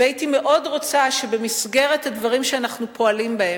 הייתי מאוד רוצה שבמסגרת הדברים שאנחנו פועלים בהם,